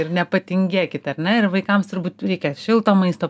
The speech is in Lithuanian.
ir nepatingėkite ar ne ir vaikams turbūt reikia šilto maisto